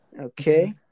Okay